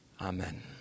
Amen